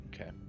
Okay